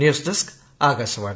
news desk Akashvani